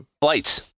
flights